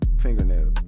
fingernail